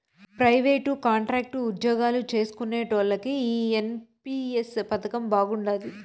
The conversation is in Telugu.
ప్రైవేటు, కాంట్రాక్టు ఉజ్జోగాలు చేస్కునేటోల్లకి ఈ ఎన్.పి.ఎస్ పదకం బాగుండాది